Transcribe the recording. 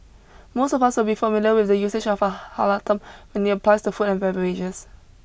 most of us will be familiar with the usage of a halal term when it applies to food and beverages